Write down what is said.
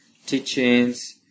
teachings